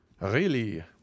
Really